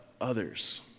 others